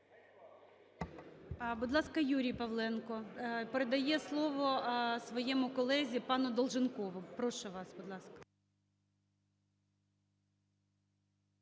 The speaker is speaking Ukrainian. Будь ласка, Юрій Павленко передає слово своєму колезі пануДолженкову. Прошу вас. Будь ласка.